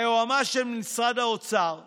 היועמ"ש של משרד האוצר אומר: